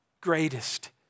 greatest